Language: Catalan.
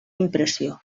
impressió